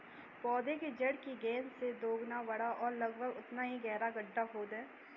पौधे की जड़ की गेंद से दोगुना बड़ा और लगभग उतना ही गहरा गड्ढा खोदें